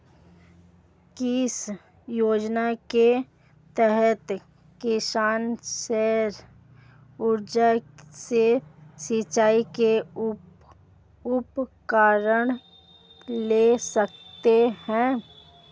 किस योजना के तहत किसान सौर ऊर्जा से सिंचाई के उपकरण ले सकता है?